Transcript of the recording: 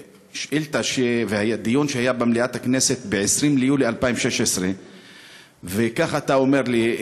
לשאילתה ולדיון שהיה במליאת הכנסת ב-20 ביולי 2016. וכך אתה אומר לי,